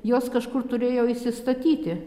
jos kažkur turėjo įsistatyti